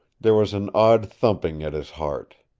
there was an odd thumping at his heart.